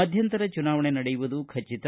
ಮಧ್ಯಂತರ ಚುನಾವಣೆ ನಡೆಯುವುದು ಖಟಿತ